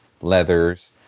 leathers